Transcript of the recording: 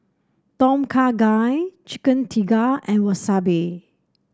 Tom Kha Gai Chicken Tikka and Wasabi